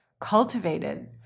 cultivated